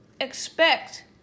expect